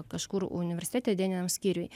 kažkur universitete dieniniam skyriuj